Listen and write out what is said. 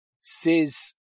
says